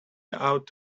out